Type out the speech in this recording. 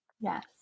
Yes